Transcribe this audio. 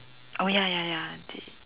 oh ya ya ya